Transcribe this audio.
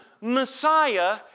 Messiah